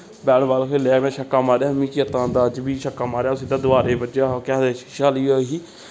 bat ball खेलेआ में छक्का मारेआ हा मी चेत्ता औंदा अज्ज बी छक्का मारेआ हा सिद्धा दवारै बज्जेआ हा केह् आखदे शीशे आह्ली ओह् ही